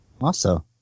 Awesome